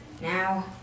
Now